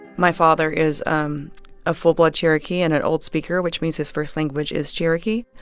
my father is um a full-blood cherokee and an old speaker, which means his first language is cherokee.